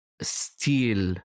steal